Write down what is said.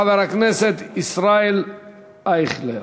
חבר הכנסת ישראל אייכלר.